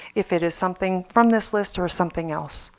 if it is something from this list or something else.